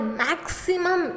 maximum